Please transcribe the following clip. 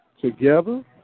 together